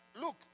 Look